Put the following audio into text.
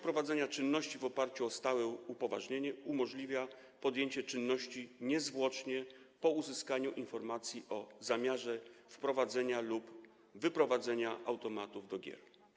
Prowadzenie czynności na podstawie stałego upoważnienia umożliwia podjęcie czynności niezwłocznie po uzyskaniu informacji o zamiarze wprowadzenia lub wyprowadzenia automatów do gier.